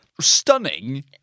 stunning